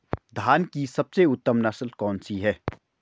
धान की सबसे उत्तम नस्ल कौन सी है?